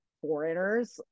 Foreigners